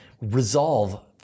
resolve